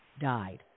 died